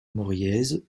moriez